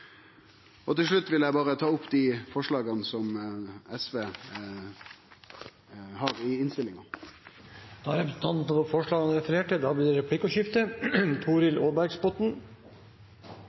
seg. Til slutt vil eg ta opp dei forslaga som SV har i innstillinga. Da har representanten Torgeir Knag Fylkesnes tatt opp de forslagene han refererte til. Det blir replikkordskifte.